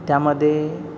त्यामध्ये